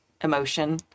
emotion